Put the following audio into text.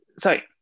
Sorry